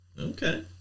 Okay